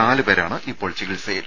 നാലുപേരാണ് ഇപ്പോൾ ചികിത്സയിൽ